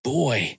boy